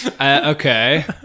Okay